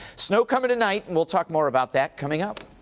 snow coming tonight and we'll talk more about that coming up.